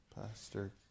Pastor